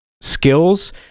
skills